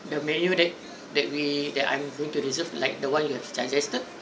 the menu that that we that I'm going to reserve like the one that you have suggested